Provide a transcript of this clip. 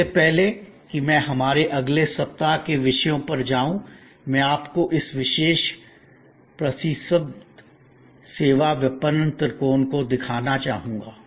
इससे पहले कि मैं हमारे अगले सप्ताह के विषयों पर जाऊं मैं आपको इस विशेष प्रसिद्ध सेवा विपणन त्रिकोण को दिखाना चाहूंगा